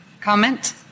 Comment